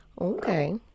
Okay